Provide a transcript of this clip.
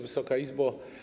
Wysoka Izbo!